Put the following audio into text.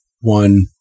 one